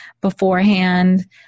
beforehand